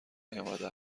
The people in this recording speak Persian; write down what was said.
نیامده